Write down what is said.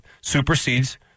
supersedes